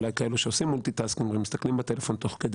אולי כאלה שעושים מולטי-טסקינג ומסתכלים בטלפון תוך כדי,